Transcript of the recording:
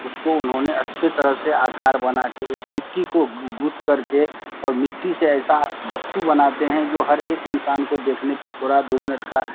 उसको उन्होंने अच्छी तरह से आकार बनाके एक मिट्टी को गूंथ करके और मिट्टी से ऐसा वस्तु बनाते हैं जो हर एक इंसान को देखने के थोड़ा दो मिनट का